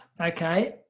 Okay